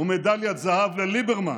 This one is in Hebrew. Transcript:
מדליית זהב לליברמן,